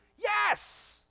yes